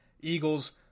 Eagles